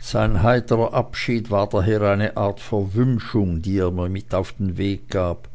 sein heiterer abschied war daher eine art verwünschung die er mir auf den weg gab